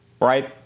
right